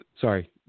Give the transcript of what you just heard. sorry